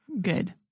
Good